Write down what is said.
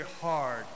hard